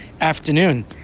afternoon